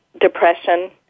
depression